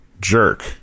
jerk